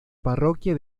parroquia